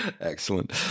Excellent